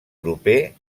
proper